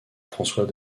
françois